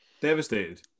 Devastated